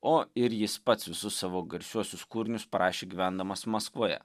o ir jis pats visus savo garsiuosius kūrinius parašė gyvendamas maskvoje